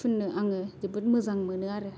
फुननो आङो जोबोद मोजां मोनो आरो